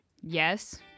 yes